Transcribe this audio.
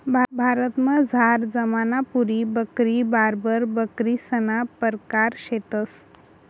भारतमझार जमनापुरी बकरी, बार्बर बकरीसना परकार शेतंस